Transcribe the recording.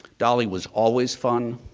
dolley was always fun